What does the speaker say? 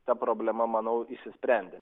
ta problema manau išsisprendė